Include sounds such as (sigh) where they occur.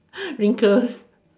(breath) wrinkles